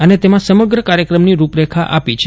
અને તેમાં સમગ્ર કાર્યક્રમની રૂપરેખા આપી છે